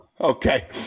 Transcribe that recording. Okay